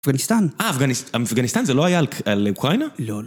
אפגניסטן. אה, אפגניסטן זה לא היה על אוקראינה? לא, לא.